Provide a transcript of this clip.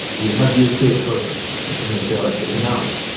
we have you create sources essentially in materialize which announce,